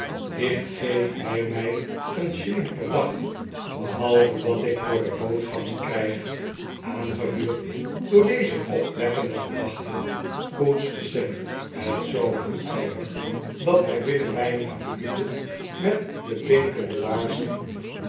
licht geeft hij mij een shilling per dag behalve wat ik voor de boodschappen krijg aangevuurd door deze opwekkende gedachte poetste sam met zooveel ijver dat hij binnen weinige minuten met de blinkende laarzen